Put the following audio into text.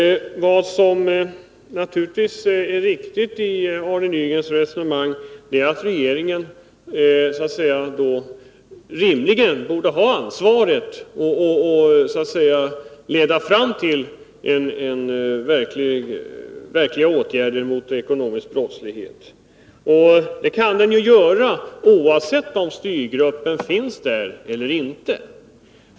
Vad som är viktigt i Arne Nygrens resonemang är naturligtvis att regeringen rimligen borde ha ansvaret och leda det hela fram till verkliga åtgärder mot ekonomisk brottslighet. Det kan den göra, oavsett om styrgruppen finns där eller inte.